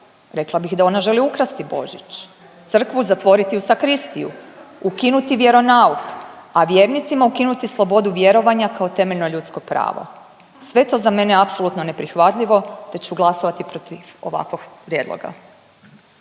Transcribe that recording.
rekla bih da ona želi ukrasti Božić, crkvu zatvoriti u sakristiju, ukinuti vjeronauk, a vjernicima ukinuti slobodu vjerovanja kao temeljno ljudsko pravo. Sve je to za mene apsolutno neprihvatljivo te ću glasovati protiv ovakvog prijedloga.